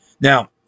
Now